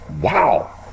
Wow